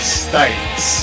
states